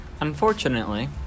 Unfortunately